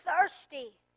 thirsty